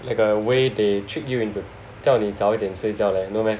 like a way they trick you into 叫你早一点睡觉 leh no meh